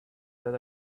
that